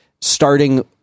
starting